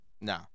No